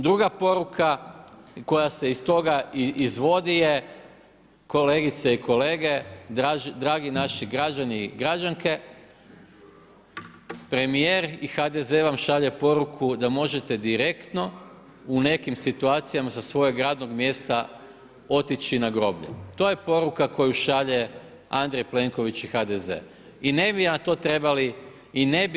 Druga poruka koja se iz toga izvodi je kolegice i kolege, dragi naši građani i građanke, premijer i HDZ vam šalje poruku da možete direktno u nekim situacijama sa svojeg radnog mjesta otići na groblje, to je poruka koju šalje Andrej Plenković i HDZ i ne bi na to trebali pristati.